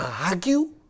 argue